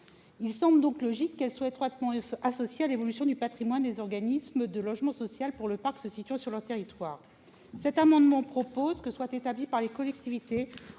Il semble donc logique qu'elles soient étroitement associées à l'évolution du patrimoine des organismes de logement social pour le parc se situant sur leur territoire. Cet amendement vise à ce que soit établie par les collectivités,